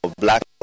black